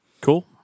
Cool